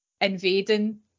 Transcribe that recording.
invading